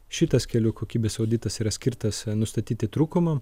šitas kelių kokybės auditas yra skirtas nustatyti trūkumam